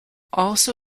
also